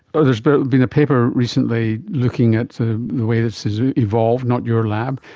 ah there's been been a paper recently looking at the way this has evolved, not your lab,